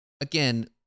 again